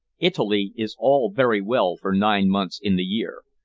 italy is all very well for nine months in the year,